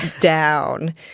down